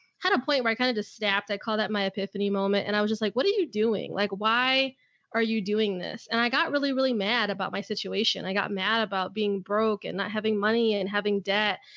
had a point where i kind of just snapped. i call that my epiphany moment and i was just like, what are you doing? like, why are you doing this? and i got really, really mad about my situation. i got mad about being broke and not having money and having debt,